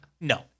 No